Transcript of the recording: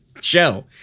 show